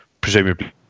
presumably